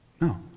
No